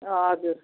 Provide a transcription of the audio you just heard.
हजुर